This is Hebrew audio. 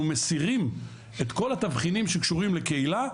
מסירים את כל התבחינים שקשורים לקהילה,